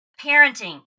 parenting